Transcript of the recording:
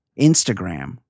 Instagram